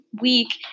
week